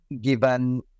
given